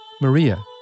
Maria